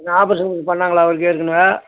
எதுவும் ஆபரேஷன் பண்ணாங்களா அவருக்கு ஏற்கனவே